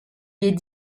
est